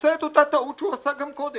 עושה את אותה טעות שהוא עשה גם קודם.